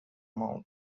mouth